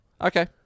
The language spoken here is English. okay